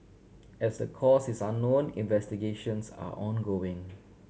as the cause is unknown investigations are ongoing